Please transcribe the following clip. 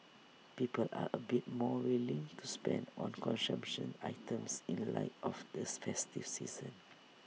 people are A bit more willing to spend on consumption items in light of this festive season